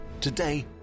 Today